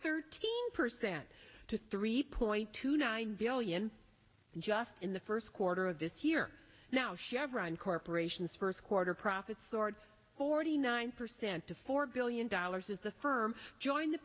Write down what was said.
thirteen percent to three point two nine billion just in the first quarter of this year now chevron corporation's first quarter profits soared forty nine percent to four billion dollars as the firm joined the